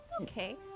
Okay